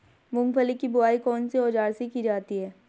मूंगफली की बुआई कौनसे औज़ार से की जाती है?